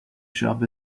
shop